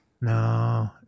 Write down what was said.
No